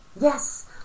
yes